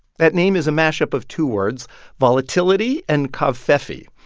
that name is a mashup of two words volatility and covfefe.